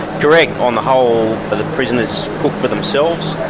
correct. on the whole the prisoners cook for themselves.